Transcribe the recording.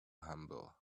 humble